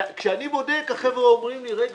וכשאני בודק החבר'ה אומרים לי: רגע,